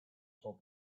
told